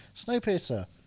Snowpiercer